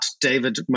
David